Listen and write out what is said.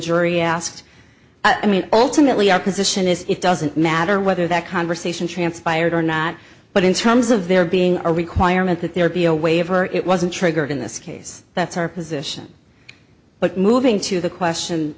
jury asked i mean ultimately our position is it doesn't matter whether that conversation transpired or not but in terms of there being a requirement that there be a waiver it wasn't triggered in this case that's our position but moving to the question